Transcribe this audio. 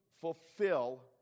fulfill